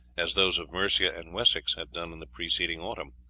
as those of mercia and wessex had done in the preceding autumn.